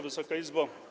Wysoka Izbo!